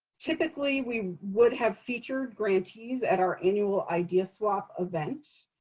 typically, we would have featured grantees at our annual idea swap event.